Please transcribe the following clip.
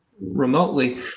remotely